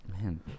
Man